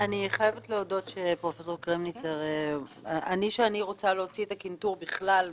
אני רוצה להוציא את הקנטור כסיבה מקילה